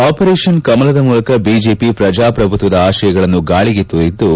operation ಕಮಲದ ಮೂಲಕ BJP ಪ್ರಜಾಪ್ರಭುತ್ವದ ಆಶಯಗಳನ್ನು ಗಾಳಿಗೆ ತೂರಿದ್ದು